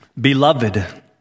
Beloved